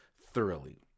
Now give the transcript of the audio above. thoroughly